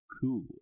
cool